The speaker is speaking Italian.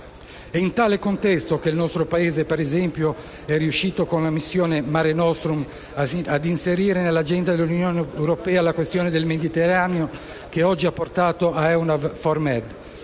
È in tale contesto che il nostro Paese è riuscito, con la missione *Mare nostrum*, a inserire nell'agenda dell'Unione europea la questione del Mediterraneo, che oggi ha portato a EUNAVFOR